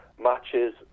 matches